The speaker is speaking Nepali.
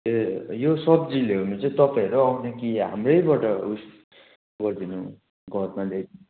ए यो सब्जी ल्याउनु चाहिँ तपाईँहरू आउने कि हाम्रैबाट उएस गरिदिनु घरमा ल्याइदिनु